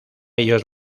ellos